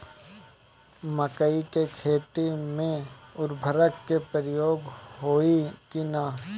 मकई के खेती में उर्वरक के प्रयोग होई की ना?